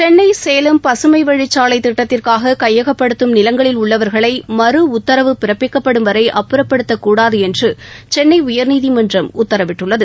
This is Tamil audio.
சென்னை சேலம் பசுமை வழிச்சாலை திட்டத்திற்காக கையகப்படுத்தம் நிலங்களில் உள்ளவர்களை மறஉத்தரவு பிறப்பிக்கப்படும் வரை அப்புறப்படுத்தக்கூடாது என்று சென்னை உயர்நீதிமன்றம் உத்தரவிட்டுள்ளது